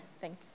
thank